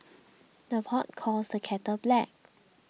the pot calls the kettle black